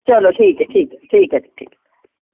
चलो ठीक ऐ ठीक ऐ ठीक ऐ